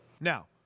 Now